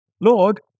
Lord